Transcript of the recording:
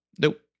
Nope